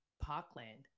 parkland